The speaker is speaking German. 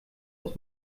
aus